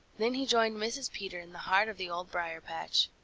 then he joined mrs. peter in the heart of the old briar-patch.